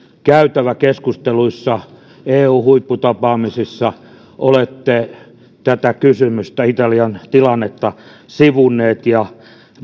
käytäväkeskusteluissa eu huipputapaamisissa olette tätä kysymystä italian tilannetta sivunnut ja